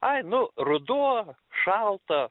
ai nu ruduo šalta